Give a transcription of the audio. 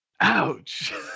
ouch